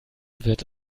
wird